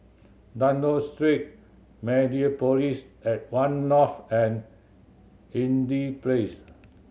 Dunlop Street Mediapolis at One North and Place